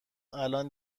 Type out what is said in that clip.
الان